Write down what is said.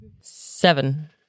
Seven